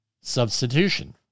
substitution